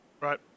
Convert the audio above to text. Right